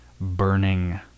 burning